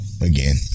Again